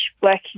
working